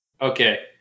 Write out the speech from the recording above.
Okay